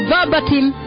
Verbatim